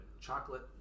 chocolate